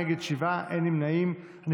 קבוצת סיעת הציונות הדתית,